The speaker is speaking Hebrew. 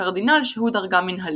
וקרדינל שהוא דרגה מנהלית.